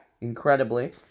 Incredibly